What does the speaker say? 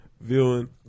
viewing